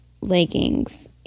leggings